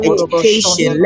Education